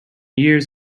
years